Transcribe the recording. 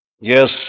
Yes